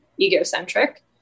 egocentric